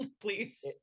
please